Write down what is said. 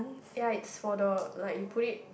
ya it's for the like you put it